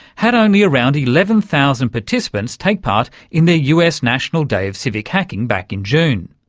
had only around eleven thousand participants take part in their us national day of civic hacking back in june.